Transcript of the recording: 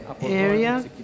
area